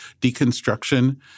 deconstruction